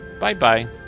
Bye-bye